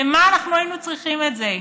למה היינו צריכים את זה?